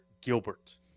Gilbert